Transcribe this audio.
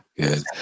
Good